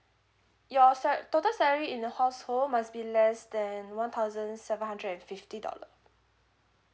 your sala~ total salary in the household must be less than one thousand seven hundred and fifty dollar